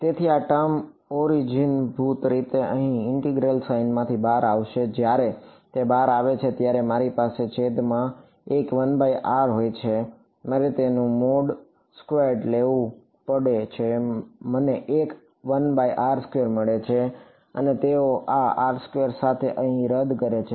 તેથી આ ટર્મ ઓરિજિનભૂત રીતે અહીં ઇન્ટેગ્રલ સાઇનમાંથી બહાર આવશે જ્યારે તે બહાર આવે છે ત્યારે મારી પાસે છેદમાં એક હોય છે મારે તેનું મોડ સ્ક્વેર્ડ લેવું પડે છે મને એક મળે છે અને તે આ સાથે અહીં રદ કરે છે